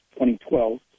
2012